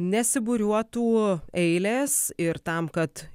nesibūriuotų eilės ir tam kad